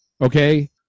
okay